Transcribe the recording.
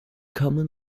common